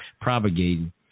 propagating